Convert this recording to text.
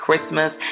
Christmas